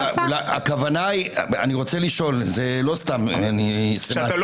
הכוונה היא לא סתם אני --- אתה לא